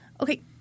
Okay